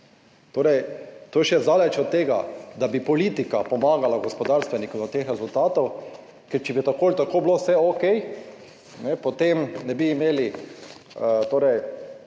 Torej, to je še daleč od tega, da bi politika pomagala gospodarstvenikom do teh rezultatov. Če bi tako ali tako bilo vse okej, potem ne bi imeli visoke